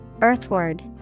Earthward